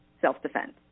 self-defense